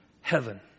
Heaven